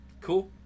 Cool